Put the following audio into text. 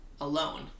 alone